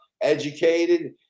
educated